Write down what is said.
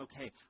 okay